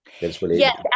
Yes